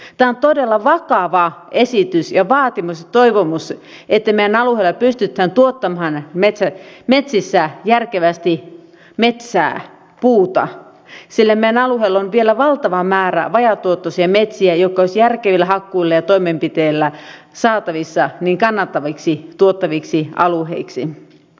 tämä on todella vakava esitys vaatimus ja toivomus että meidän alueellamme pystytään tuottamaan metsissä järkevästi puuta sillä meidän alueellamme on vielä valtava määrä vajaatuottoisia metsiä jotka olisi järkevillä hakkuilla ja toimenpiteillä saatavissa kannattaviksi tuottaviksi alueiksi